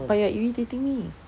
but you are irritating me